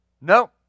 No